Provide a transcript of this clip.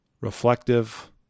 reflective